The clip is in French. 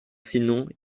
sinon